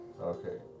Okay